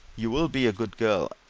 you'll be a good girl,